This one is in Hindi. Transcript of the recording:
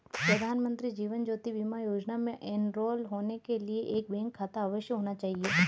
प्रधानमंत्री जीवन ज्योति बीमा योजना में एनरोल होने के लिए एक बैंक खाता अवश्य होना चाहिए